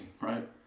right